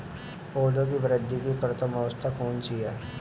पौधों की वृद्धि की प्रथम अवस्था कौन सी है?